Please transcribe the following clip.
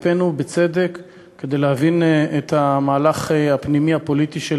הקפאנו בצדק כדי להבין את המהלך הפנימי הפוליטי של